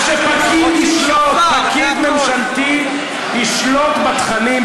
ושפקיד ישלוט, שפקיד ממשלתי ישלוט בתכנים?